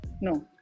No